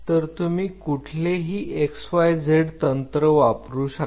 तर तुम्ही कुठलेही xyz तंत्र वापरू शकता